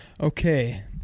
Okay